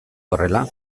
horrela